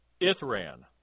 Ithran